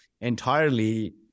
entirely